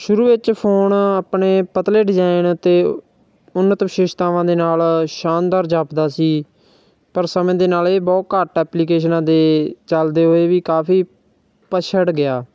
ਸ਼ੁਰੂ ਵਿੱਚ ਫੋਨ ਆਪਣੇ ਪਤਲੇ ਡਿਜੈਨ ਅਤੇ ਉੱਨਤ ਵਿਸ਼ੇਸ਼ਤਾਵਾਂ ਦੇ ਨਾਲ ਸ਼ਾਨਦਾਰ ਜਾਪਦਾ ਸੀ ਪਰ ਸਮੇਂ ਦੇ ਨਾਲ ਇਹ ਬਹੁਤ ਘੱਟ ਐਪਲੀਕੇਸ਼ਨ ਦੇ ਚਲਦੇ ਹੋਏ ਵੀ ਕਾਫ਼ੀ ਪੱਛੜ ਗਿਆ